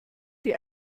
die